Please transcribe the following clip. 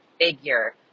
figure